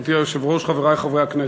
גברתי היושבת-ראש, תודה, חברי חברי הכנסת,